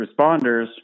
responders